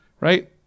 Right